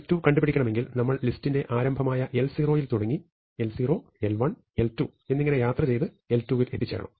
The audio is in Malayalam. l2 കണ്ടുപിടിക്കണമെങ്കിൽ നമ്മൾ ലിസ്റ്റിന്റെ ആരംഭമായ l0 യിൽ തുടങ്ങി l0 l1 l2 എന്നിങ്ങനെ യാത്രചെയ്തു l2 വിൽ എത്തിച്ചേരണം